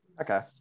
okay